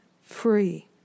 free